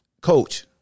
coach